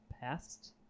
Past